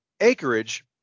acreage